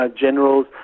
generals